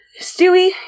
Stewie